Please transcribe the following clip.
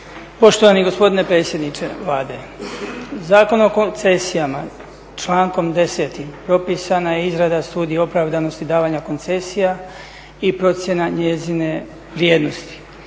Poštovani gospodine predsjedniče Vlade, Zakonom o koncesijama člankom 10. propisana je izrada Studije opravdanosti davanja koncesija i procjena njezine vrijednosti.